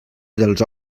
dels